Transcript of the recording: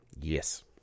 Yes